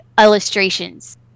illustrations